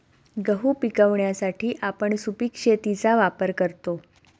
गहू पिकवण्यासाठी आपण सुपीक शेतीचा वापर करतो